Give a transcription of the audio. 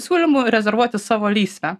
siūlymu rezervuoti savo lysvę